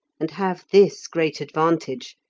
and have this great advantage,